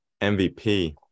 MVP